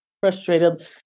frustrated